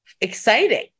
exciting